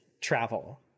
travel